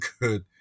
good